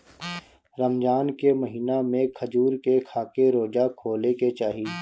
रमजान के महिना में खजूर के खाके रोज़ा खोले के चाही